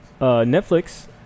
Netflix